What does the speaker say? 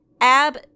ab